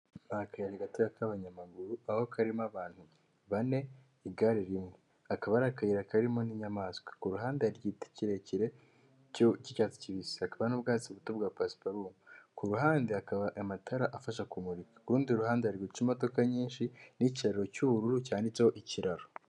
Ni akayira gato k'abanyamaguru aho karimo abantu bane igare rimwe akaba ari akayira karimo n'inyamaswa, ku ruhande hari igiti kirekire k'icyatsi kibisi hakaba n'ubwatsi buto bwa pasiparume, ku ruhande hakaba amatara afasha kumurika urundi ruhande hari guca imodoka nyinshi n'kiraro cy'ubururu cyanditseho ikiraro .